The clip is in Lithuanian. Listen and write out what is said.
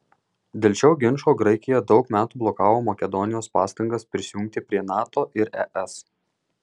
dėl šio ginčo graikija daug metų blokavo makedonijos pastangas prisijungti prie nato ir es